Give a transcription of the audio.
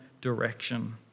direction